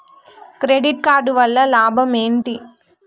Credit card వల్ల లాభం ఏంటి?